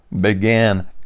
began